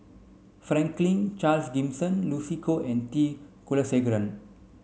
Franklin Charles Gimson Lucy Koh and T Kulasekaram